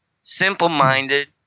simple-minded